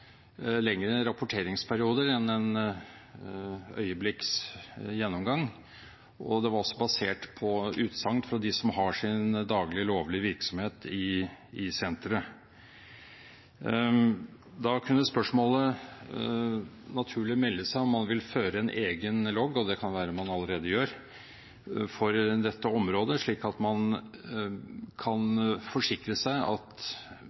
lengre rapporteringsperiode enn et øyeblikks gjennomgang, og den var også basert på utsagn fra dem som har sin daglige lovlige virksomhet i senteret. Da kunne spørsmålet naturlig melde seg om man vil føre en egen logg – det kan det være at man allerede gjør – for dette området, slik at man kan forsikre seg om at